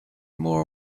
more